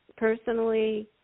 Personally